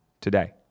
today